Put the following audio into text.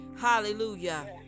hallelujah